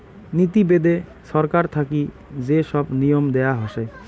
নীতি বেদে ছরকার থাকি যে সব নিয়ম দেয়া হসে